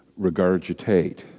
regurgitate